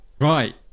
Right